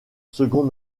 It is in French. second